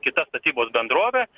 kita statybos bendrovė